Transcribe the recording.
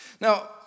Now